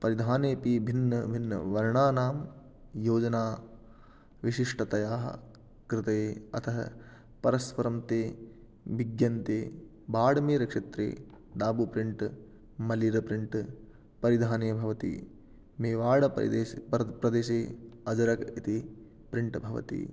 परिधानेऽपि भिन्नभिन्नवर्णानां योजना विशिष्टतया कृते अतः परस्परं ते भिद्यन्ते बाड़मेर्क्षेत्रे दाबूप्रिण्ट् मलिर्प्रिण्ट् परिधाने भवति मेवाड़प्रदेशे प्रदेशे अजरक् इति प्रिण्ट् भवति